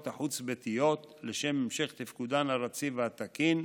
החוץ-ביתיות לשם המשך תפקודן הרציף והתקין.